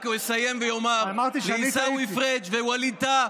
אני רק אסיים ואומר לעיסאווי פריג' ווליד טאהא,